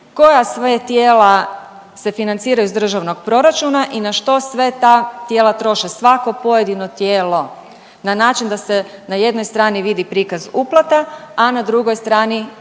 koja sve tijela se financiraju iz državnog proračuna i na što sve ta tijela troše. Svako pojedino tijelo na način da se na jednoj strani vidi prikaz uplata, a na drugoj strani prikaz